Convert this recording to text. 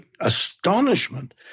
astonishment